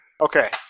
Okay